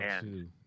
two